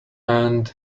and